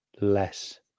less